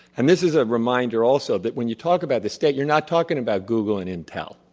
and this is a reminder also, that when you talk about the state, you are not talking about google and intel,